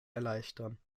erleichtern